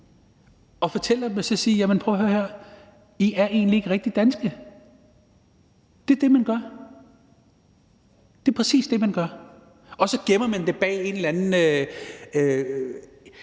og fortæller dem, at de egentlig ikke er rigtig danske. Det er det, man gør. Det er præcis det, man gør, og så gemmer man det bag en eller anden